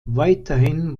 weiterhin